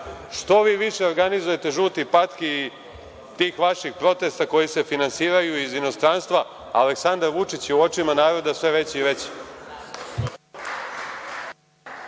Što vi više organizujete „žutih patki“ i tih vaših protesta koji se finansiraju iz inostranstva, Aleksandar Vučić je u očima naroda sve veći i veći.